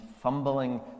fumbling